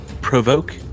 provoke